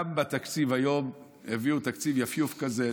גם בתקציב היום הביאו תקציב יפיוף כזה,